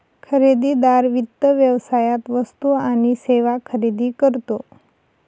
खरेदीदार वित्त व्यवसायात वस्तू आणि सेवा खरेदी करतो